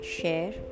share